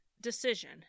decision